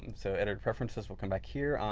so editor preferences, we'll come back here.